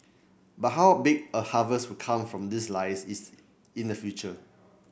but how big a harvest will come from this lies is in the future